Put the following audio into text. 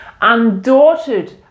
undaunted